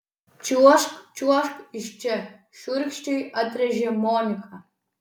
čiuožk čiuožk iš čia šiurkščiai atrėžė monika